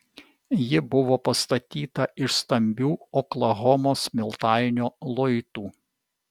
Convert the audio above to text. ji buvo pastatyta iš stambių oklahomos smiltainio luitų